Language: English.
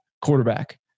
quarterback